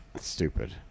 stupid